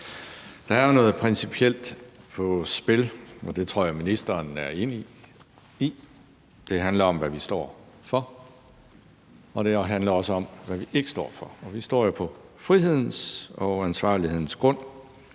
Der er jo noget principielt på spil, og det tror jeg ministeren er enig i. Det handler om, hvad vi står for, og det handler også om, hvad vi ikke står for. Vi står jo på frihedens og ansvarlighedens grund.